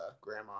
grandma